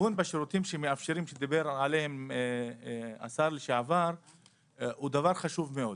הגיוון בשירותים שעליהם השר לשעבר הוא דבר חשוב מאוד,